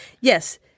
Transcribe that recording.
Yes